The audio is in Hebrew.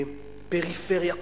פריפריה,